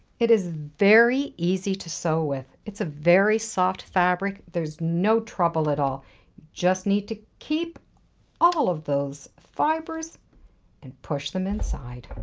it is very easy to sew with. it's a very soft fabric. there's no trouble at all. you just need to keep all of those fibers and push them inside.